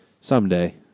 someday